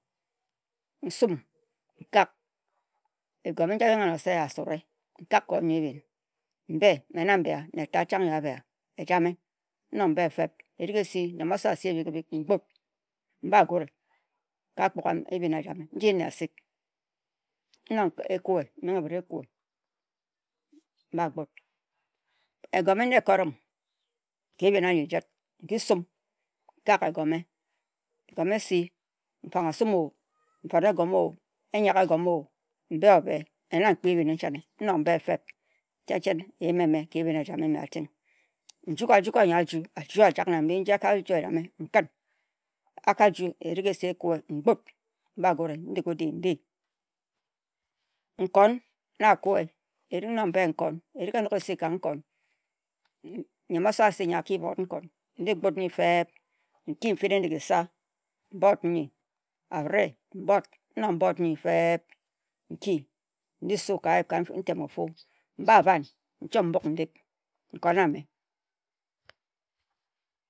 Nsum nkak egume nji abhinga-ano se assure nkak ka oyoe ebhin nne etat, chang yor abeha, nsum nkak nee etat chang yor abe ha. Nkok ebhe feb, nyam-oso asi ebek-ebek mgut mba gurie ka ebhin ejame nji nne asik. Nok eku-wen-dinghi me se eku-we. Egume na ekurim, nki sum nkak egume nfangha-asum-o, eyaghe egume, nta-bi-o, kpe-njen kpe-njen-o mbe-o-be, me na nkpi ebhin-ni channe nne tat asik na akpi nji me na nkpi nji me-ating. Nn-ju-ga-ju-ga yor a-juk a-ju a-ji na mbi. Nji mkpu ghe mgut emeh. A ka ju-o mkpughe mgut nkan mba gurie. Nkon, me na mbehe nkon. Nyam-oso asi m-bup nkon, nji m-bup, mgut nyi-feb n-ki ka mfin ehnigisa m-but nyi feb, n-ji-su nyi ka ayip, m-ba ba-an-n n-chi be ndik. Nkon a-meh.